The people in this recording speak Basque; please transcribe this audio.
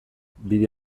bide